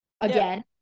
Again